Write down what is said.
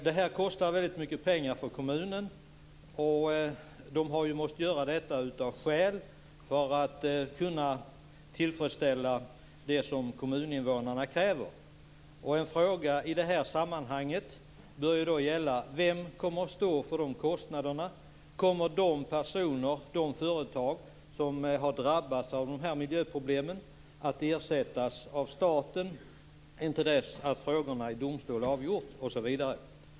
Detta kostar väldigt mycket pengar för kommunen, och det har måst göras för att tillfredsställa de krav som kommuninvånarna ställer. En fråga i det här sammanhanget är: Vem kommer att stå för de här kostnaderna? Kommer de personer och företag som har drabbats av de här miljöproblemen att ersättas av staten intill dess att frågorna avgjorts i domstol osv.?